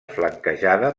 flanquejada